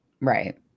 Right